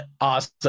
awesome